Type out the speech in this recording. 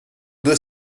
deux